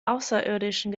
außerirdischen